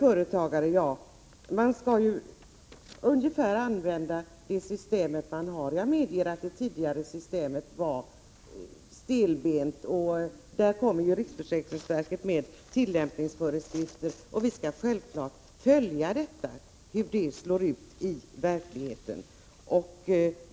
När det gäller egna företagare skall man ungefär använda det system som finns. Jag medger att det tidigare systemet var stelbent. Riksförsäkringsverket kommer nu med tillämpningsföreskrifter. Vi skall självklart följa hur systemet slår i verkligheten.